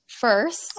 First